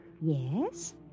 Yes